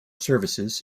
services